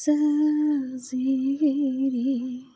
सोरजिगिरि